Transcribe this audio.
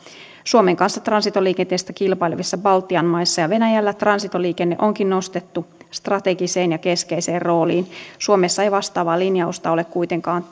suomen kanssa transitoliikenteestä kilpailevissa baltian maissa ja venäjällä transitoliikenne onkin nostettu strategiseen ja keskeiseen rooliin suomessa ei vastaavaa linjausta ole kuitenkaan